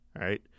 right